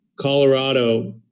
Colorado